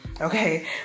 Okay